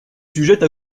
sujette